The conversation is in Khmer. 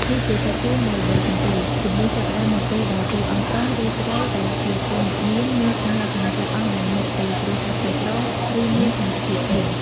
នេះជាសាច់រឿងដែលល្បីជាងគេ ជម្លោះចាប់ផ្ដើមនៅពេលដែលតួអង្គប្រុស ឬស្រីដែលជាកូនអ្នកមាន មានស្នេហាជាមួយតួអង្គដែលមកពីគ្រួសារក្រីក្រ ឬមានឋានៈទាបជាង។